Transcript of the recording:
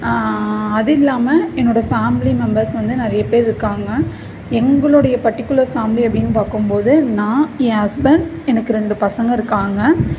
அது இல்லாமல் என்னோடய ஃபேமிலி மெம்பர்ஸ் வந்து நிறைய பேர் இருக்காங்கள் எங்களுடைய பர்ட்டிகுலர் ஃபேமிலி அப்படின்னு பார்க்கும்போது நான் என் ஹஸ்பெண்ட் எனக்கு ரெண்டு பசங்கள் இருக்காங்கள்